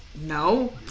No